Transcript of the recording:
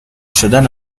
شدن